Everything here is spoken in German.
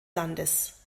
landes